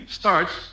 starts